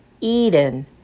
Eden